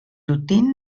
routine